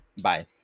bye